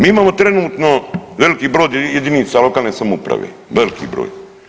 Mi imamo trenutno veliki broj jedinica lokalne samouprave, veliki broj.